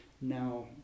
now